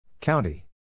County